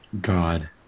god